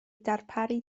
darparu